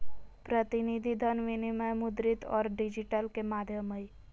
प्रतिनिधि धन विनिमय मुद्रित और डिजिटल के माध्यम हइ